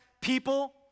people